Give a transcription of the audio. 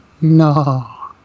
no